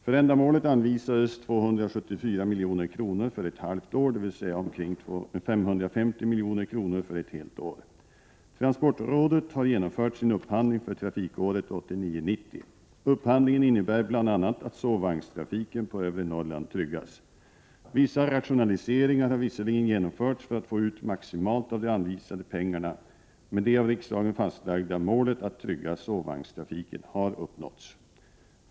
För ändamålet anvisades 274 milj.kr. för ett halvt år, dvs. omkring 550 milj.kr. för ett helt år. Transportrådet har genomfört sin upphandling för trafikåret 1989/90. Upphandlingen innebär bl.a. att sovvagnstrafiken på övre Norrland tryggas. Vissa rationaliseringar har visserligen genomförts för att få ut maximalt av de anvisade pengarna, men det av riksdagen fastlagda målet att trygga sovvagnstrafiken har uppnåtts.